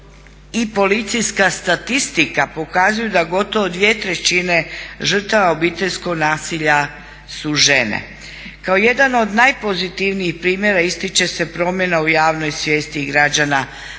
i policijska statistika pokazuju da gotovo dvije trećine žrtava obiteljskog nasilja su žene. Kao jedan od najpozitivnijih primjera ističe se promjena u javnoj svijesti i građana